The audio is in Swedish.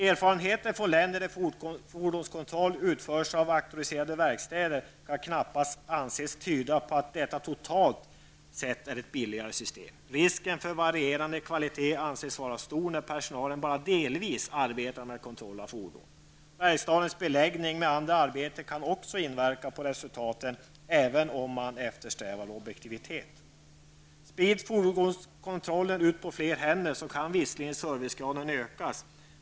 Erfarenheterna från länder där fordonskontroll utförs av auktoriserade verkstäder kan knappast anses tyda på att detta totalt sett är ett billigare system. Risken för varierande kvalitet anses vara stor när personalen bara delvis arbetar med kontroll av fordon. Verkstadens beläggning med andra arbeten kan också inverka på resultaten, även om man eftersträvar objektivitet. Sprids fordonskontrollen ut på fler händer kan visserligen servicegraden ökas.